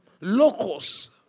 locals